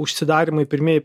užsidarymai pirmieji